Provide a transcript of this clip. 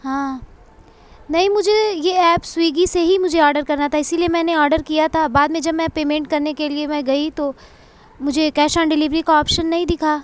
ہاں نہیں مجھے یہ ایپ سویگی سے ہی مجھے آڈر کرنا تھا اسی لیے میں نے آڈر کیا تھا بعد میں جب میں پیمنٹ کرنے کے لیے میں گئی تو مجھے کیش آن ڈلیوری کا آپشن نہیں دکھا